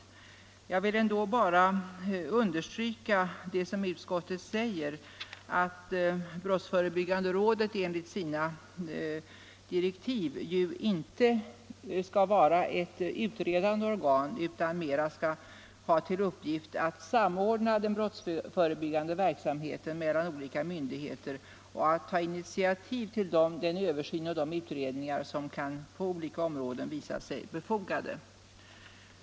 Men jag vill ändå understryka det som utskottet säger om att brottsförebyggande rådet enligt sina direktiv inte skall vara ett utredande organ utan mera skall ha till uppgift att samordna den brottsförebyggande verksamheten mellan olika myndigheter och att ta initiativ till den översyn och de utredningar som på olika områden kan visa sig befogade.